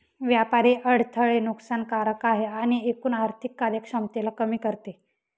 व्यापारी अडथळे नुकसान कारक आहे आणि एकूण आर्थिक कार्यक्षमतेला कमी करते